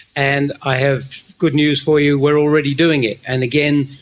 and i have good news for you, we are already doing it. and again,